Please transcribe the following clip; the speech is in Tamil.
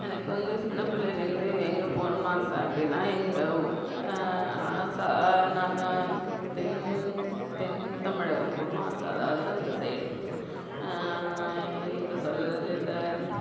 எனக்கு வந்து சின்ன பிள்ளைலேருந்து எங்க போகணும்னு ஆசை அப்படின்னா எங்க ஊ ஆ நான் தென் தென் தமிழகம் போகணும்னு ஆசை அதாவது அந்த சைடு எங்க சொல்லுறது இந்த